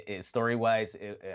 story-wise